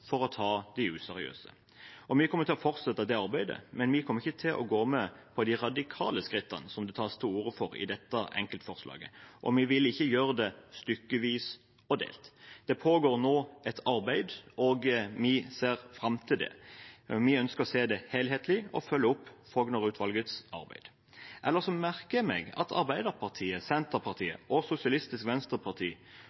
for å ta de useriøse. Vi kommer til å fortsette det arbeidet, men vi kommer ikke til å gå med på de radikale skrittene som det tas til orde for i dette enkeltforslaget, og vi vil ikke gjøre det stykkevis og delt. Det pågår nå et arbeid, og vi ser fram til det. Vi ønsker å se det helhetlig og følge opp Fougner-utvalgets arbeid. Ellers merker jeg meg at Arbeiderpartiet, Senterpartiet